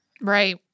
Right